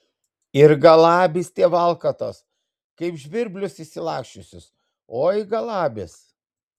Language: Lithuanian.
ir galabys tie valkatos kaip žvirblius išsilaksčiusius oi galabys